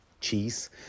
cheese